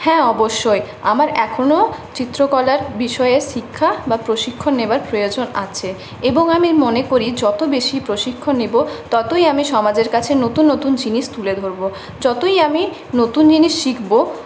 হ্যাঁ অবশ্যই আমার এখনও চিত্রকলার বিষয়ে শিক্ষা বা প্রশিক্ষণ নেওয়ার প্রয়োজন আছে এবং আমি মনে করি যত বেশি প্রশিক্ষণ নেব ততই আমি সমাজের কাছে নতুন নতুন জিনিস তুলে ধরব যতই আমি নতুন জিনিস শিখব